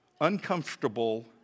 uncomfortable